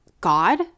God